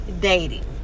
dating